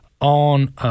on